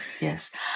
Yes